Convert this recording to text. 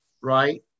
right